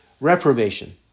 reprobation